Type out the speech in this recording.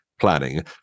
planning